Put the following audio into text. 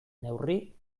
neurri